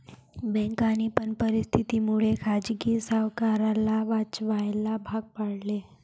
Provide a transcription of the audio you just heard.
बँकांनी पण परिस्थिती मुळे खाजगी सावकाराला वाचवायला भाग पाडले